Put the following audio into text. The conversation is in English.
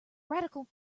radical